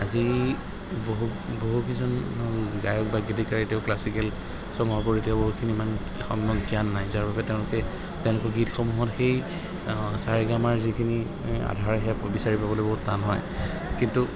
আজি বহু বহুকেইজন গায়ক বা গীতিকাৰে এতিয়াও ক্লাছিকেল এতিয়া বহুতখিনি ইমান নাই যাৰ বাবে তেওঁলোকে তেওঁলোকৰ গীতসমূহত সেই চা ৰে গা মা ৰ যিখিনি আধাৰ সেয়া বিচাৰি পাবলৈ বহুত টান হয় কিন্তু